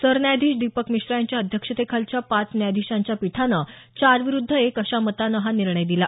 सरन्यायाधीश दीपक मिश्रा यांच्या अध्यक्षतेखालच्या पाच न्यायाधीशांच्या पीठानं चार विरुद्ध एक अशा मतानं हा निर्णय दिला